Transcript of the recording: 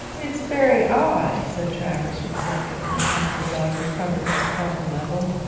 it's very odd said travers, reflectively, as the dog recovered his proper level,